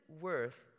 worth